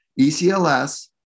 ECLS